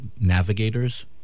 navigators